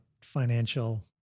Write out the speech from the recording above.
financial